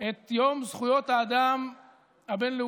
את יום זכויות האדם הבין-לאומי.